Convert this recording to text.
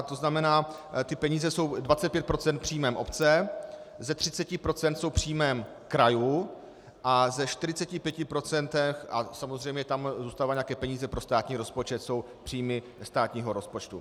To znamená, ty peníze jsou 25 % příjmem obce, ze 30 % jsou příjmem krajů a ze 45 % samozřejmě tam zůstávají nějaké peníze pro státní rozpočet jsou příjmy státního rozpočtu.